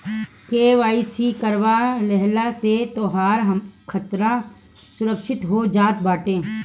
KYC करवा लेहला से तोहार खाता सुरक्षित हो जात बाटे